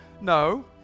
No